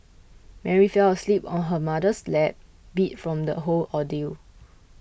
Mary fell asleep on her mother's lap beat from the whole ordeal